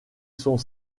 sont